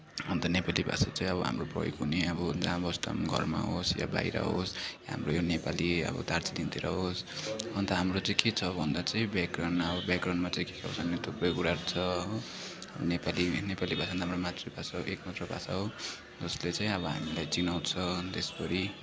अन्त नेपाली भाषा चाहिँ अब हाम्रो भए पनि अब जहाँ बस्दा पनि घरमा होस् या बाहिर होस् हाम्रो यो नेपाली अब दार्जिलिङतिर होस् अन्त हाम्रो चाहिँ के छ भन्दा चाहिँ ब्याकग्राउन्ड अब ब्याकग्राउन्डमा चाहिँ के के कारणले थुप्रै कुराहरू छ हो नेपाली नेपाली भाषा हाम्रो मातृभाषा हो एक मात्र भाषा हो जसले चाहिँ अब हामीलाई चिनाउँछ देशभरि